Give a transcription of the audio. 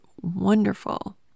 wonderful